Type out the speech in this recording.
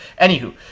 Anywho